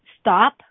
Stop